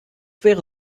wäre